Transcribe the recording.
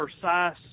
precise